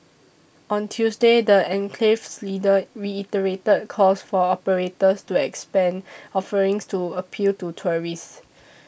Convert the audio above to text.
on Tuesday the enclave's leaders reiterated calls for operators to expand offerings to appeal to tourists